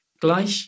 Gleich